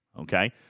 okay